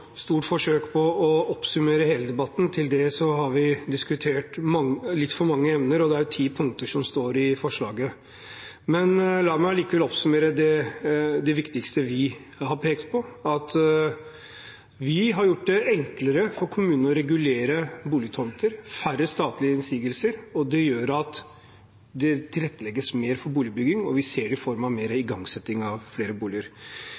stort forsøk på å oppsummere hele debatten, til det har vi diskutert litt for mange emner, og det er jo ti punkter som står i forslaget. La meg likevel oppsummere det viktigste vi har pekt på, at vi har gjort det enklere for kommunene å regulere boligtomter, det er færre statlige innsigelser. Det gjør at det tilrettelegges mer for boligbygging, og vi ser det i form av igangsetting av flere boliger.